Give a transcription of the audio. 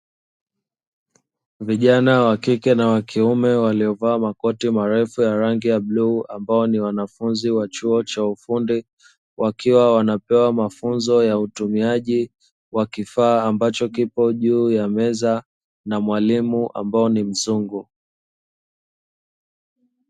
Vijana wa kike na wa kiume waliovaa makoti marefu ya rangi ya bluu, ambao ni wanafunzi wa chuo cha ufundi, wakiwa wanapewa mafunzo ya utumiaji wa kifaa ambacho kipo juu ya meza na Mwalimu ambaye ni mzungu.